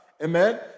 Amen